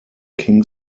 king